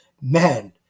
man